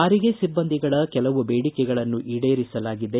ಸಾರಿಗೆ ಸಿಬ್ಲಂದಿಗಳ ಕೆಲವು ಬೇಡಿಕೆಗಳನ್ನು ಈಡೇರಿಸಲಾಗಿದೆ